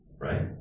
Right